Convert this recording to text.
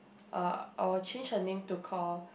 uh I'll change her name to call